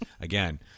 again